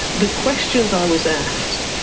the questions i was asked,